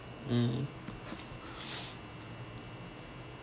mm